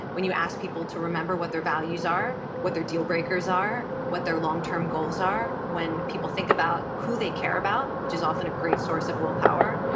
when you ask people to remember what their values are. what their deal breakers are. what their long-term goals are. when people think about who they care about, which is often a great source of willpower.